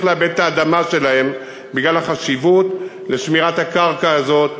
לעבד את האדמה שלהם בגלל החשיבות של שמירת הקרקע הזאת,